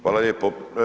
Hvala lijepo.